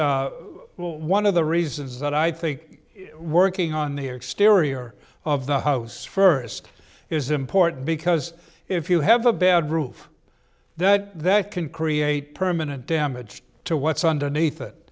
that's one of the this is that i think working on the exterior of the house first is important because if you have a bad roof that that can create permanent damage to what's underneath it